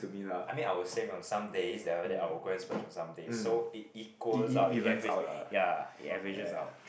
I mean I would save on some days then after that I will go and splurge on some days so it equals out it average ya it averages out